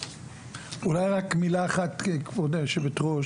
אולי רק מילה אחת, כבוד היו"ר.